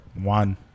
One